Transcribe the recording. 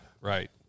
right